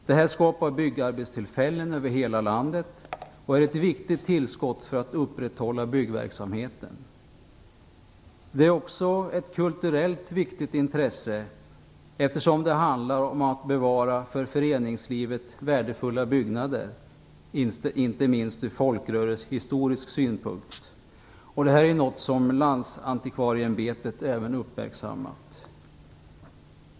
Det skapar byggarbetstillfällen över hela landet och är ett viktigt tillskott för att upprätthålla byggverksamheten. Det är också ett kulturellt viktigt intresse eftersom det handlar om att bevara för föreningslivet värdefulla byggnader, inte minst ur folkrörelsehistorisk synpunkt. Detta är något som även Riksantikvarieämbetet uppmärksammat.